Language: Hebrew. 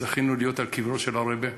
זכינו להיות על קברו של הרעבע.